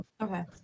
Okay